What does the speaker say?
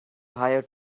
hire